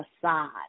facade